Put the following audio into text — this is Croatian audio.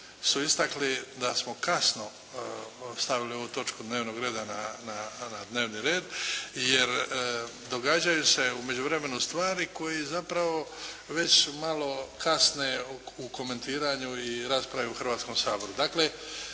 su istakli da smo kasno stavili ovu točku dnevnog reda na dnevni red, jer događaju se u međuvremenu stvari koje zapravo već malo kasne u komentiranju i raspravi u Hrvatskom saboru.